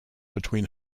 between